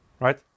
right